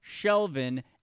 Shelvin